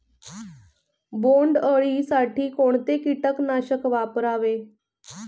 बोंडअळी साठी कोणते किटकनाशक वापरावे?